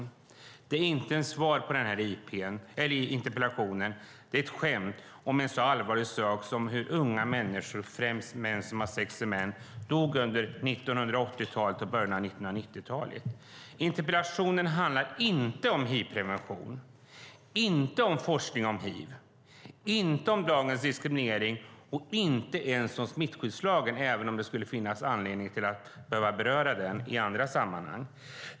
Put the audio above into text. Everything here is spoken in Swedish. Det är inte ett svar på interpellationen, det är ett skämt om en så allvarlig sak som hur unga människor, främst män som hade sex med män, dog under 1980-talet och i början av 1990-talet. Interpellationen handlar inte om hivprevention, inte om forskning om hiv, inte om dagens diskriminering och inte ens om smittskyddslagen, även om det skulle finnas anledning att beröra den i andra sammanhang.